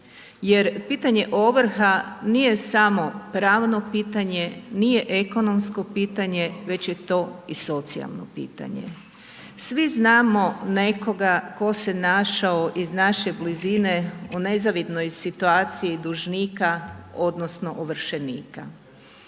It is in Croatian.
jer pitanje ovrha nije samo pravno pitanje, nije ekonomsko pitanje već je to i socijalno pitanje. Svi znamo nekoga tko se našao iz naše blizine u nezavidnoj situaciji dužnika odnosno ovršenika.